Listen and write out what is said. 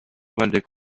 waldeck